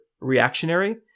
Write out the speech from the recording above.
reactionary